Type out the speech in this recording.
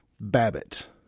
Babbitt